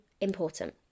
important